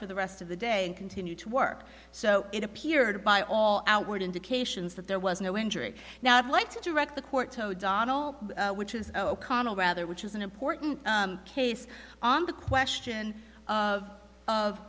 for the rest of the day and continue to work so it appeared by all outward indications that there was no injury now i'd like to direct the court toe donnel which is o'connell rather which is an important case on the question of of